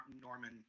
Norman